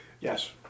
Yes